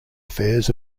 affairs